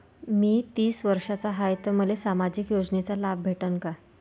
मी तीस वर्षाचा हाय तर मले सामाजिक योजनेचा लाभ भेटन का?